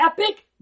epic